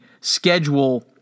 schedule